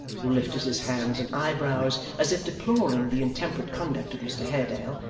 who lifted his hands and eyebrows, as if deploring the intemperate conduct of mr haredale,